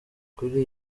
kuri